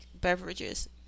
beverages